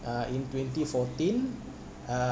uh in twenty fourteen uh